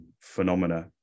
phenomena